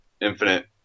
infinite